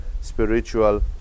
spiritual